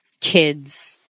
kids